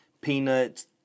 Peanuts